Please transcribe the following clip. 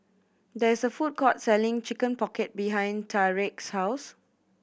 there is a food court selling Chicken Pocket behind Tarik's house